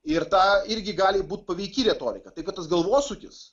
ir ta irgi gali būt paveiki retorika tai kad tas galvosūkis